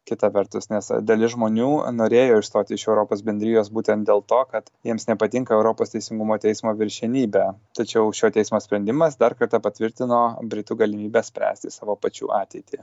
kita vertus nes dalis žmonių norėjo išstoti iš europos bendrijos būtent dėl to kad jiems nepatinka europos teisingumo teismo viršenybė tačiau šio teismo sprendimas dar kartą patvirtino britų galimybę spręsti savo pačių ateitį